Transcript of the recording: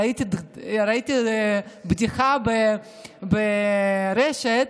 ראיתי בדיחה ברשת,